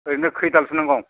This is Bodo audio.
ओरैनो खैदालसो नांगौ